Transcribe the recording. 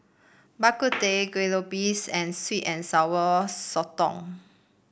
Bak Kut Teh Kue Lupis and sweet and Sour Sotong